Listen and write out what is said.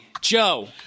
Joe